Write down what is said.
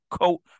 coat